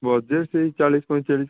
budget ସେହି ଚାଳିଶ ପଇଁଚାଳିଶ